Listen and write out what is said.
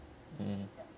mm